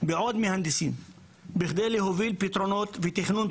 בעוד מהנדסים בכדי להוביל פתרונות ותכנון,